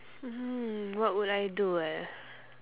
mm what would I do eh